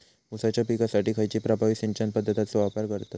ऊसाच्या पिकासाठी खैयची प्रभावी सिंचन पद्धताचो वापर करतत?